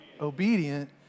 obedient